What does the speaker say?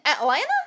Atlanta